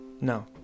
no